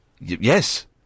Yes